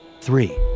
Three